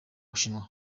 bushinwa